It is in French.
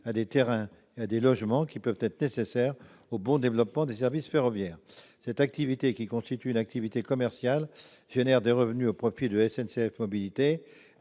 à des terrains ou à des logements qui peuvent être nécessaires au bon développement des services ferroviaires. Cette activité, qui constitue une activité commerciale, produit des revenus au profit de SNCF Mobilités.